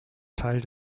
teil